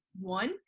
one